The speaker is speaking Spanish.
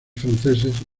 franceses